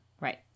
Right